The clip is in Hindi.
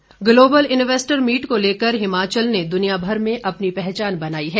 Mahendra Singh global investor meet को लेकर हिमाचल ने दुनियाभर में अपनी पहचान बनाई है